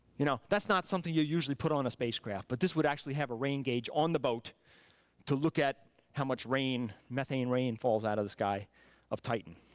you know, that's not something you usually put on a spacecraft, but this would actually have a rain gauge on the boat to look at how much rain, methane rain falls out of the sky of titan.